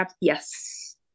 Yes